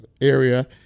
area